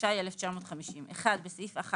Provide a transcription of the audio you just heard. התש"י-1950 (1)בסעיף 1